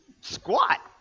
squat